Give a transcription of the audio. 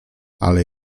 ale